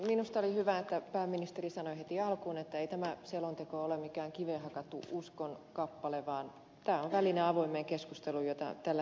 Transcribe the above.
minusta oli hyvä että pääministeri sanoi heti alkuun että ei tämä selonteko ole mikään kiveen hakattu uskonkappale vaan tämä on väline avoimeen keskusteluun jota tällä hetkellä käydään